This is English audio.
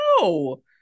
no